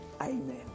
Amen